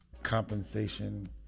Compensation